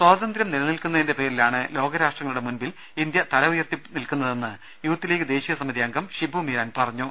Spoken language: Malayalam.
സ്വതന്ത്ര്യം നിലനിൽക്കുന്നതിന്റെ പേരിലാണ് ലോക രാഷ്ട്രങ്ങളുടെ മുൻപിൽ ഇന്ത്യ തല ഉയർത്തിപ്പിടിച്ച് നിൽക്കുന്നതെന്ന് യൂത്ത് ലീഗ് ദേശീയ സമിതി അംഗം ഷിബു മീരാൻ പറഞ്ഞു